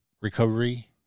recovery